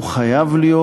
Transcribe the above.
חייב להיות,